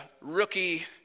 rookie